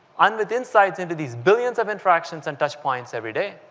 and with insights into these billions of interactions and touchpoints everyday,